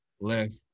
left